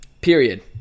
period